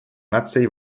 наций